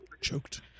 Choked